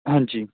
ਹਾਂਜੀ